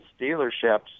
dealerships